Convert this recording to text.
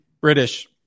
British